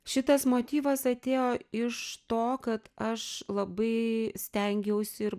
šitas motyvas atėjo iš to kad aš labai stengiausi ir